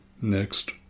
Next